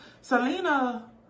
Selena